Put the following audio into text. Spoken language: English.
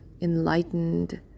enlightened